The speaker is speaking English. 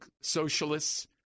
socialists